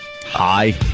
Hi